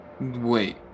Wait